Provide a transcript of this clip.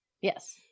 Yes